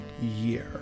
year